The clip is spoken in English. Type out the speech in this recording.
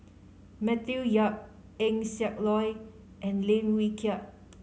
Matthew Yap Eng Siak Loy and Lim Wee Kiak